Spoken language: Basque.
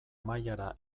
mailara